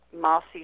Mossy